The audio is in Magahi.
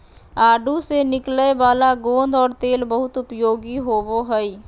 आडू से निकलय वाला गोंद और तेल बहुत उपयोगी होबो हइ